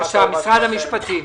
משרד המשפטים,